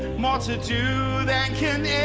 more to do than can